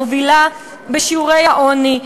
מובילה בשיעורי העוני,